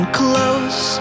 close